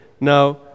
Now